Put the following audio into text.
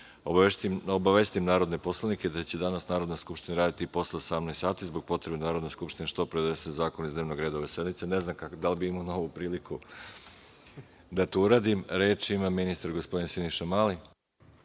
obavestim narodne poslanike da će danas Narodna skupština raditi i posle 18 časova zbog potrebe da Narodna skupština što pre donese zakone iz dnevnog reda ove sednice. Ne znam da li bih imao novu priliku da to uradim. Reč ima ministar, gospodin Siniša Mali.